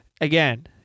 again